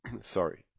sorry